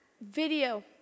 video